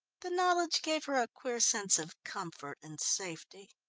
the knowledge gave her a queer sense of comfort and safety.